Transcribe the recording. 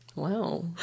Wow